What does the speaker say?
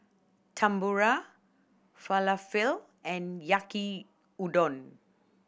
Tempura Falafel and Yaki Udon